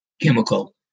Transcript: chemical